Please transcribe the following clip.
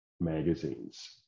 magazines